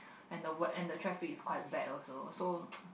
and the wea~ and the traffic is quite bad also so